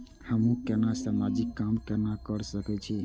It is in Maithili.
हमू केना समाजिक काम केना कर सके छी?